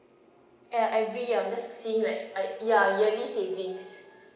uh every year I'm just saying like ya yearly savings